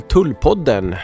Tullpodden